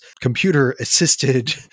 computer-assisted